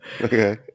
okay